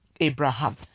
Abraham